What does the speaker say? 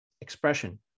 expression